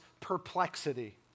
perplexity